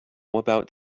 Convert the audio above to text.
about